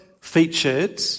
featured